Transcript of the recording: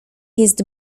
jest